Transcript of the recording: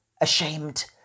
ashamed